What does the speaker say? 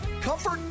comfort